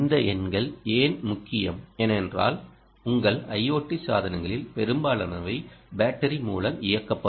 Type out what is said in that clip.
இந்த எண்கள் ஏன் முக்கியம் ஏனென்றால் உங்கள் IOT சாதனங்களில் பெரும்பாலானவை பேட்டரி மூலம் இயக்கப்படும்